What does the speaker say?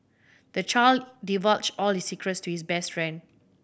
the child divulged all his secrets to his best friend